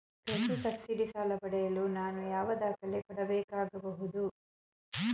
ಕೃಷಿ ಸಬ್ಸಿಡಿ ಸಾಲ ಪಡೆಯಲು ನಾನು ಯಾವ ದಾಖಲೆ ಕೊಡಬೇಕಾಗಬಹುದು?